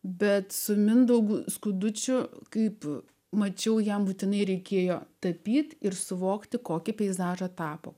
bet su mindaugu skudučiu kaip mačiau jam būtinai reikėjo tapyti ir suvokti kokį peizažą tapo